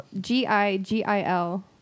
G-I-G-I-L